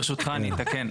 ברשותך, אני אתקן.